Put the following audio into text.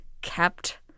kept